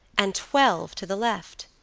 and twelve to the left.